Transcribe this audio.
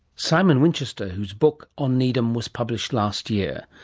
simon winchester whose book on needham was published last year.